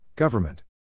Government